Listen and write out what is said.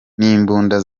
n’imbunda